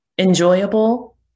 Enjoyable